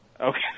Okay